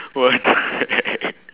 what the heck